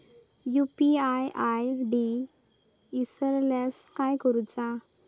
UPI ID इसरल्यास काय करुचा?